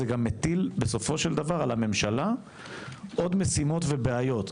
זה גם מטיל בסופו של דבר על הממשלה עוד משימות ובעיות.